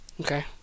Okay